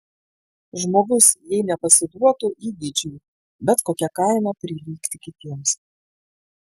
žmogus jei nepasiduotų įgeidžiui bet kokia kaina prilygti kitiems